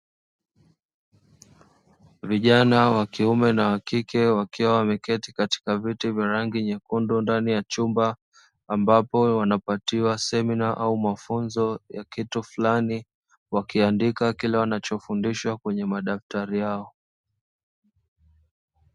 Vijana wa kiume na wa kike wakiwa wameketi katika viti vya rangi nyekundu ndani ya chumba ambapo wanapatiwa semina au mafunzo ya kitu fulani wakiandika kile wanachofundishwa kwenye madaftari yao.